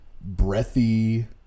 breathy